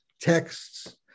texts